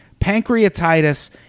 pancreatitis